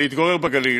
ולהתגורר בגליל,